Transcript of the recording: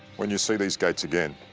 when you see these gates again